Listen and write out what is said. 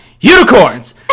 unicorns